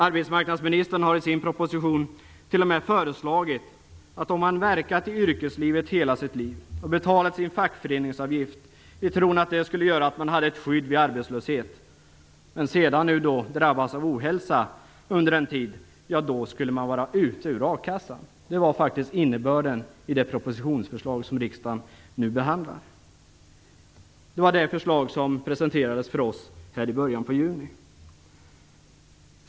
Arbetsmarknadsministern har i sin proposition t.o.m. föreslagit att om man verkat i yrkeslivet hela sitt liv och betalat sin fackföreningsavgift i tron att det skulle göra att man hade ett skydd vid arbetslöshet, men sedan drabbas av ohälsa under en tid, ja, då skall man vara ute ur akassan. Det är faktiskt innebörden i det propositionsförslag som riksdagen nu behandlar. Det var det förslag som presenterades för oss i början av juni.